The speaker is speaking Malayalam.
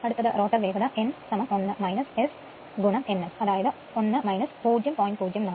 അടുത്തത് റോട്ടർ വേഗത n1 S n S അതായത് 1 0